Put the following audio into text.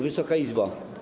Wysoka Izbo!